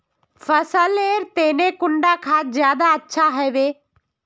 फसल लेर तने कुंडा खाद ज्यादा अच्छा हेवै?